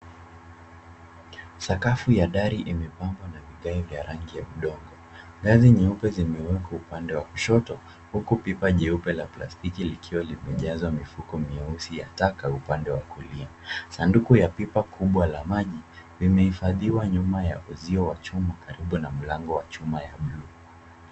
Sakafu ya dari imepangwa na vigae vya rangi ya udongo. Ngazi nyeupe zimewekwa upande wa kushoto huku pipa nyeupe la plastiki likiwa limejaza mifuko myeusi ya taka upande wa kulia. Sanduku ya pipa kubwa la maji, limehifadhiwa nyuma ya uzio wa chuma karibu na mlango wa chuma ya blue .